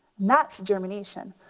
that's germination.